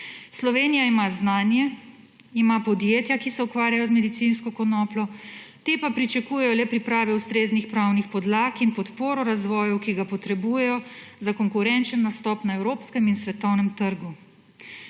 Slovenija ima znanje, ima podjetja, ki se ukvarjajo z medicinsko konopljo, ta pa pričakujejo le pripravo ustreznih pravnih podlag in podporo razvoju, ki ga potrebujejo za konkurenčen nastop na evropskem in svetovnem trgu.